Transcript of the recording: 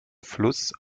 fluss